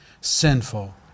sinful